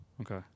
Okay